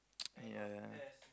!aiya!